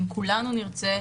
אם כולנו נרצה,